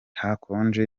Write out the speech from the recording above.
hakonje